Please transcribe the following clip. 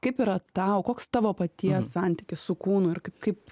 kaip yra tau koks tavo paties santykis su kūnu ir kaip kaip